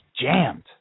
jammed